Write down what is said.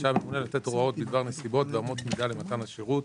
רשאי הממנה לתת הוראות בדבר נסיבות ואמות מידה למתן השירות,